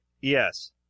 Yes